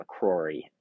McCrory